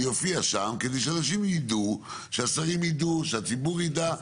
יופיע שם כדי שאנשים יידעו שהשרים יידעו שהציבור ידע,